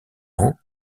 ans